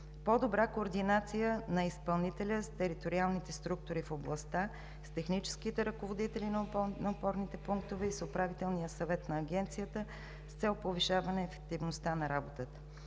по-добра координация на изпълнителя с териториалните структури в областта, с техническите ръководители на опорните пунктове и с Управителния съвет на Агенцията с цел повишаване ефективността на работата.